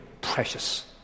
precious